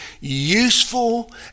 useful